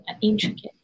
intricate